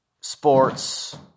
sports